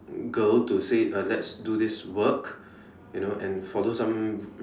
girl to say uh let's do this work and you know follow some